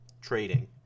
trading